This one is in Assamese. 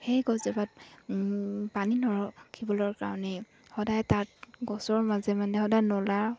সেই গছজোপাত পানী নৰখিবলৈৰ কাৰণে সদায় তাত গছৰ মাজে মানে সদায় নলা